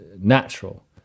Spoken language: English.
natural